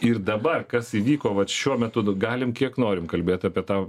ir dabar kas įvyko vat šiuo metodu galim kiek norim kalbėt apie tą